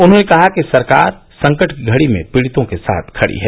उन्होंने कहा कि सरकार संकट की घड़ी में पीड़ितों के साथ खड़ी है